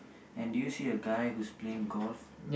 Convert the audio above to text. and do you see a guy who's playing golf